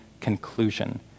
conclusion